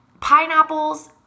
pineapples